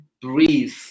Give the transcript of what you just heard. breathe